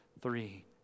three